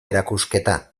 erakusketa